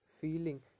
feeling